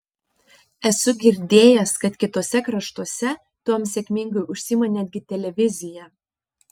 esu girdėjęs kad kituose kraštuose tuom sėkmingai užsiima netgi televizija